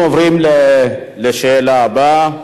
אנחנו עוברים לשאלה הבאה.